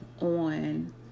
on